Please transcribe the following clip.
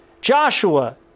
Joshua